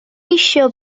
eisiau